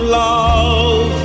love